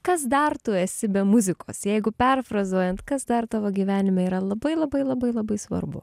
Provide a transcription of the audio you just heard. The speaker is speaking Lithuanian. kas dar tu esi be muzikos jeigu perfrazuojant kas dar tavo gyvenime yra labai labai labai labai svarbu